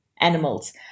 animals